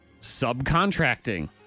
subcontracting